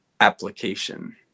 application